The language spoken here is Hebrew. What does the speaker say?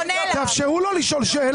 יסמין, אני קורא לך לסדר פעם ראשונה.